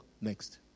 next